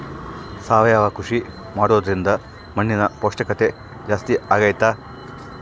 ಸಾವಯವ ಕೃಷಿ ಮಾಡೋದ್ರಿಂದ ಮಣ್ಣಿನ ಪೌಷ್ಠಿಕತೆ ಜಾಸ್ತಿ ಆಗ್ತೈತಾ?